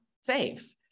safe